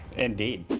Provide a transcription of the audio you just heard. indeed.